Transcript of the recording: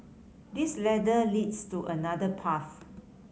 this ladder leads to another path